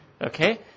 Okay